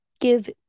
give